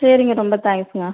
சரிங்க ரொம்ப தேங்ஸ்ங்க